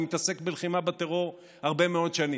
אני מתעסק בלחימה בטרור הרבה מאוד שנים,